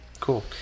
Cool